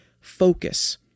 focus